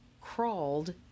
crawled